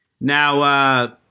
Now